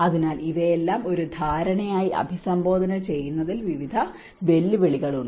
അതിനാൽ ഇവയെല്ലാം ഒരു ധാരണയായി അഭിസംബോധന ചെയ്യുന്നതിൽ വിവിധ വെല്ലുവിളികൾ ഉണ്ട്